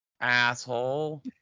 asshole